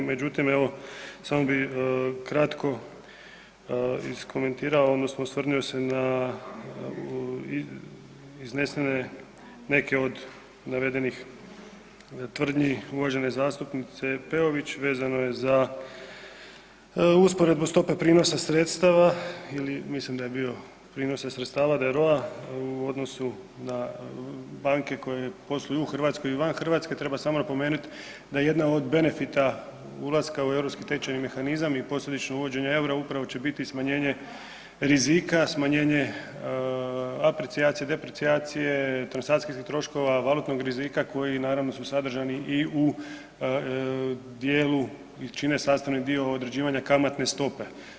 Međutim evo samo bih kratko iskomentirao odnosno osvrnuo se na iznesene neke od navedenih tvrdnji uvažene zastupnice Peović vezano je usporedbu stope prinosa sredstava ili mislim da je bio prinos sredstava ROA u odnosu na banke koje posluju u Hrvatskoj i van Hrvatske, treba samo napomenuti da je jedan od benefita ulaska u europski tečajni mehanizam i posljedično uvođenje eura upravo će biti smanjenje rizika, smanjenje aprecijacije, deprecijacije, transakcijskih troškova, valutnog rizika koji naravno su sadržani i u dijelu i čine sastavni dio određivanja kamatne stope.